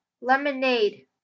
Lemonade